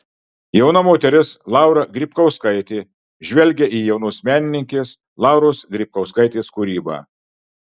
jauna moteris laura grybkauskaitė žvelgia į jaunos menininkės lauros grybkauskaitės kūrybą